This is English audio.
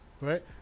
right